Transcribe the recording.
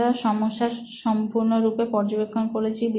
আমরা সমস্যার সম্পূর্ণরূপে পর্যবেক্ষণ করেছি